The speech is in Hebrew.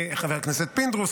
חבר הכנסת פינדרוס,